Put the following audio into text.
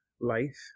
life